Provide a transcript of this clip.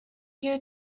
you